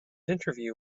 interview